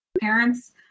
parents